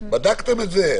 בדקתם את זה?